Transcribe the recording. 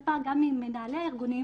אליו הפצת מידע מתאונות דרכים וכו'.